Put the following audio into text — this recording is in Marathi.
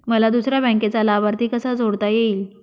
मला दुसऱ्या बँकेचा लाभार्थी कसा जोडता येईल?